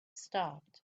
stopped